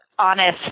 honest